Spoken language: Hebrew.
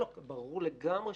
ברור לגמרי.